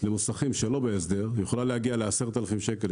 למוסכים שלא בהסדר יכולה להגיע ל-10,000 שקל,